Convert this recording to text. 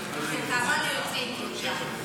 המשטרתית שכאבה ליוצאי אתיופיה,